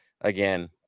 again